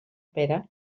pere